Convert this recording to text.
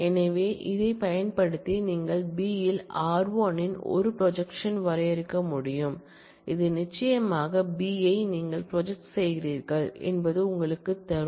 எனவே அதைப் பயன்படுத்தி நீங்கள் B இல் r1 இன் ஒரு ப்ரொஜெக்க்ஷன் வரையறுக்க முடியும் இது நிச்சயமாக B ஐ நீங்கள் ப்ராஜெக்ட் செய்கிறீர்கள் என்பது உங்களுக்குத் தரும்